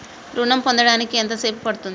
ఋణం పొందడానికి ఎంత సేపు పడ్తుంది?